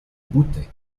butte